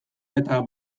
eta